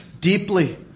deeply